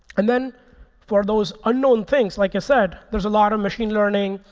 and then for those unknown things, like i said, there's a lot of machine learning,